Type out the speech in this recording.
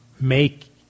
make